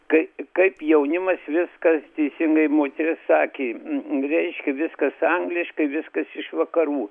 kai kaip jaunimas viskas teisingai moteris sakė reiškia viskas angliškai viskas iš vakarų